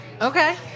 Okay